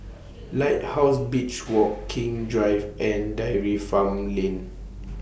Lighthouse Beach Walk King's Drive and Dairy Farm Lane